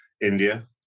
India